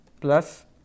plus